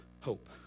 hope